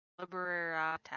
Libera